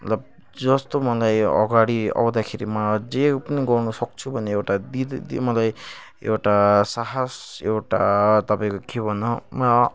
मतलब जस्तो मलाई अगाडि आउँदाखेरि मलाई जे पनि गर्नसक्छु भन्ने एउटा त्यो मलाई एउटा साहस एउटा तपाईँको के भन्नु हौ